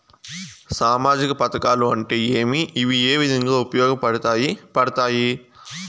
సామాజిక పథకాలు అంటే ఏమి? ఇవి ఏ విధంగా ఉపయోగపడతాయి పడతాయి?